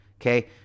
Okay